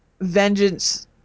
vengeance